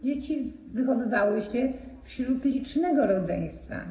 Dzieci wychowywały się wśród licznego rodzeństwa.